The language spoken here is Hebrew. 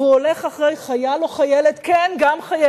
והוא הולך אחרי חייל או חיילת, כן, גם חיילת,